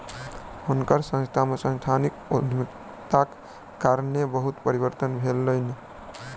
हुनकर संस्थान में सांस्थानिक उद्यमिताक कारणेँ बहुत परिवर्तन भेलैन